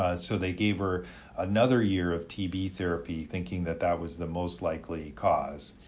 ah so they gave her another year of tb therapy, thinking that that was the most likely cause.